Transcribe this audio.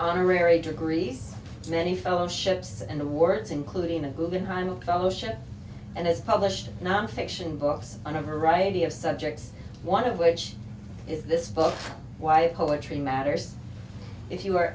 honorary degree many fellowships and awards including a guggenheim fellowship and it's published not fiction books on a variety of subjects one of which is this book why poetry matters if you were